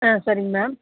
ஆ சரிங்க மேம்